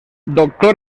doctor